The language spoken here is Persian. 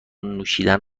نوشیدن